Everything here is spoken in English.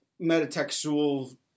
metatextual